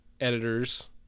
editors